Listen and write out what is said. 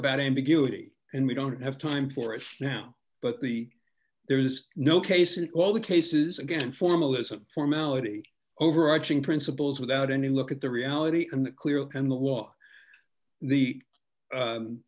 about ambiguity and we don't have time for it now but the there is no case in all the cases again formalism formality overarching principles without any look at the reality and the clear and the law the